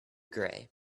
gray